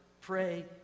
pray